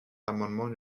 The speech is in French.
l’amendement